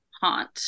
Haunt